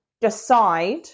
decide